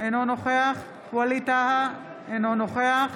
אינו נוכח ווליד טאהא, אינו נוכח